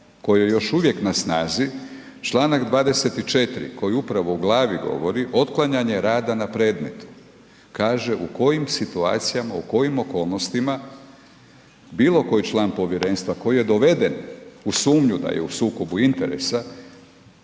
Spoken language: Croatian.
je još uvijek na snazi, Članak 24. koji upravo u glavi govori Otklanjanje rada na predmetu, kaže u kojim situacijama u kojim okolnostima bilo koji član povjerenstva koji je doveden u sumnju da je u sukobu interesa